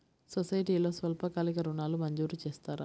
సొసైటీలో స్వల్పకాలిక ఋణాలు మంజూరు చేస్తారా?